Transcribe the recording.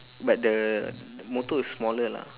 but the motor is smaller lah